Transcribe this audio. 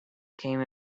came